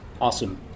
Awesome